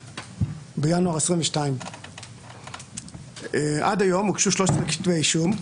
בינואר 2022. עד היום הוגשו 12 כתבי אישום.